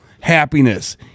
happiness